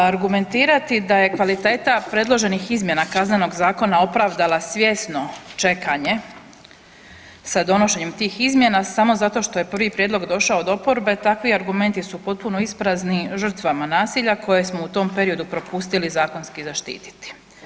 A argumentirati da je kvaliteta predloženih izmjena Kaznenog zakona opravdala svjesno čekanje sa donošenjem tih izmjena samo zato što je prvi prijedlog došao od oporbe takvi argumenti su potpuno isprazni žrtvama nasilja koje smo u tom periodu propustili zakonski zaštititi.